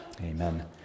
Amen